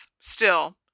Still